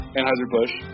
Anheuser-Busch